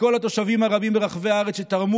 לכל התושבים הרבים ברחבי הארץ שתרמו